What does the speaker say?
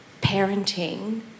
parenting